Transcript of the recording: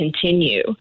continue